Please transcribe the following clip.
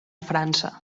frança